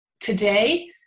today